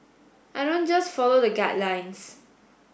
I don't just follow the guidelines